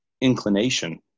inclination